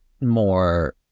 more